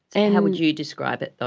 and how would you describe it though,